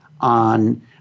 on